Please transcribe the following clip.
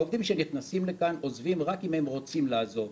העובדים שנכנסים לכאן עוזבים רק אם הם רוצים לעזוב.